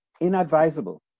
inadvisable